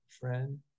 friend